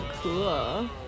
Cool